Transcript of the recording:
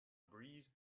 breeze